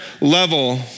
level